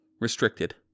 Restricted